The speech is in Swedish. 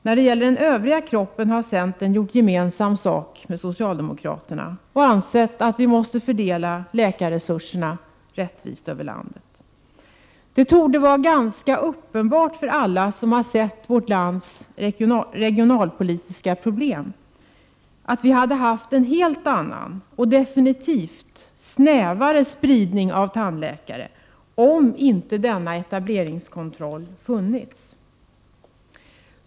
När det gäller den övriga kroppen har centern gjort gemensam sak med socialdemokraterna och ansett att vi måste fördela läkarresurserna rättvist över landet. Det torde vara ganska uppenbart för alla som har sett vårt lands regionalpolitiska problem att vi hade haft en helt annan — och definitivt snävare — spridning av tandläkare om inte denna etableringskontroll hade funnits.